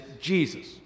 Jesus